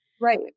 Right